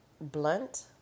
blunt